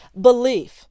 belief